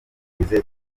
batigeze